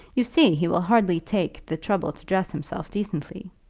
you see he will hardly take the trouble to dress himself decently.